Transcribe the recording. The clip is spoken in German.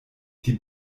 die